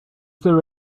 there